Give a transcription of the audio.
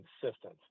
consistent